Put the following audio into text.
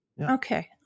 Okay